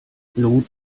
blut